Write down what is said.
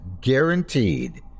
guaranteed